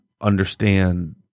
understand